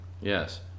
yes